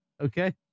okay